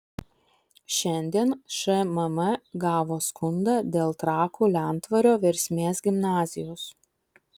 šiandien šmm gavo skundą dėl trakų lentvario versmės gimnazijos